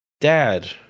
dad